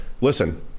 Listen